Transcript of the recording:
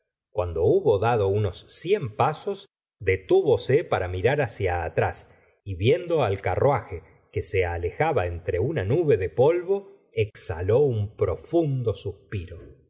cuando hubo dado unos cien pasos dettivose para mirar hacia atrás y viendo al carruaje que se alejaba entre una nube de polvo exhaló un profundo suspiro